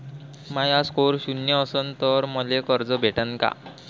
माया score शून्य असन तर मले कर्ज भेटन का?